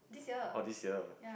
oh this year